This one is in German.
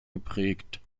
geprägt